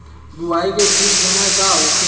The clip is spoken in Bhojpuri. बुआई के ठीक समय का होखे?